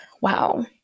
wow